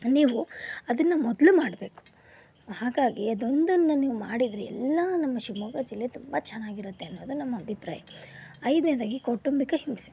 ನೀವು ಅದನ್ನು ಮೊದಲು ಮಾಡಬೇಕು ಹಾಗಾಗಿ ಅದೊಂದನ್ನು ನೀವು ಮಾಡಿದರೆ ಎಲ್ಲ ನಮ್ಮ ಶಿವಮೊಗ್ಗ ಜಿಲ್ಲೆ ತುಂಬ ಚೆನ್ನಾಗಿರುತ್ತೆ ಅನ್ನೋದು ನಮ್ಮ ಅಭಿಪ್ರಾಯ ಐದನೇದಾಗಿ ಕೌಟುಂಬಿಕ ಹಿಂಸೆ